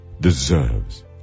deserves